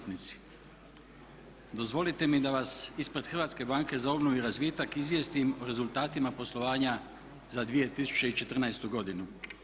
Dozvolite mi da vas ispred Hrvatske banke za obnovu i razvitak izvijestim o rezultatima poslovanja za 2014. godinu.